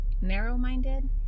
narrow-minded